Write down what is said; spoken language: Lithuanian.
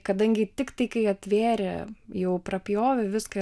kadangi tiktai kai atvėrė jau prapjovė viską ir